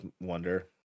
Wonder